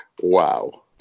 Wow